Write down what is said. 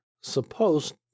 supposed